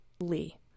Lee